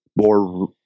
more